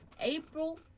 April